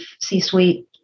C-suite